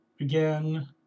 Again